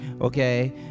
okay